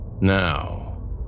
Now